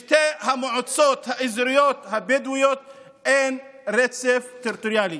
בשתי המועצות האזוריות הבדואיות אין רצף טריטוריאלי.